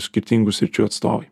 skirtingų sričių atstovai